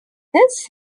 this